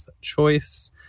choice